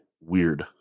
weird